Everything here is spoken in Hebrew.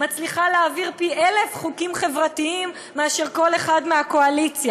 מצליחה להעביר פי אלף חוקים חברתיים מאשר כל אחד מהקואליציה.